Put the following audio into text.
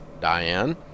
Diane